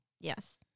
Yes